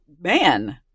man